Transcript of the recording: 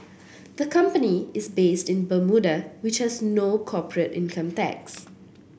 the company is based in Bermuda which has no corporate income tax